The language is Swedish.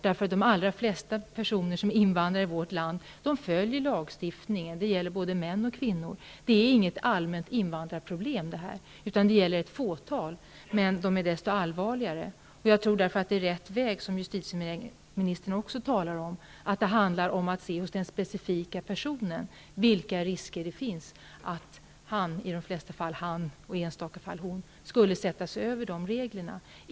De allra flesta invandrare i vårt land följer lagstiftningen. Det gäller både män och kvinnor. Det här är inget allmänt invandrarproblem, utan det gäller ett fåtal. Men de fallen är desto allvarligare. Jag tror att det är rätt, som justitieministern säger, att det handlar om att se vilka risker som finns hos den specifika personen för att han -- det är i de flesta fall han, i enstaka fall hon -- skulle sätta sig över reglerna.